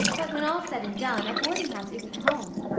but, when all's said and done, a boardinghouse isn't home.